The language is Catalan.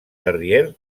terrier